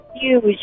huge